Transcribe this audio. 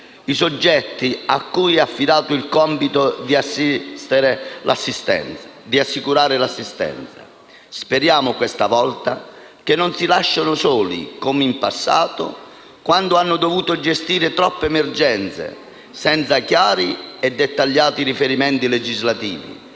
i soggetti a cui è affidato il compito di assicurare l'assistenza. Speriamo che questa volta non si lascino soli come in passato, quando hanno dovuto gestire troppe emergenze senza chiari e dettagliati riferimenti legislativi.